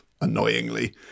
annoyingly